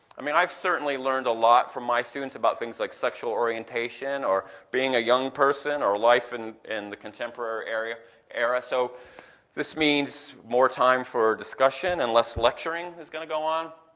i mean i've certainly learned a lot from my students about things like sexual orientation or being a young person or life and in the contemporary era, so this means more time for discussion and less lecturing is going to go on.